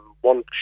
One